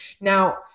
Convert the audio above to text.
Now